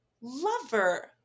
Lover